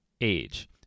age